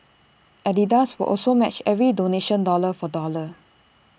Adidas will also match every donation dollar for dollar